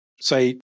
say